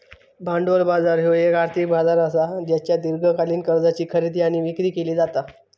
भांडवल बाजार ह्यो येक आर्थिक बाजार असा ज्येच्यात दीर्घकालीन कर्जाची खरेदी आणि विक्री केली जाता